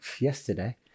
yesterday